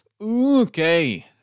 okay